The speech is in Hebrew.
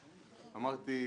אמרתי,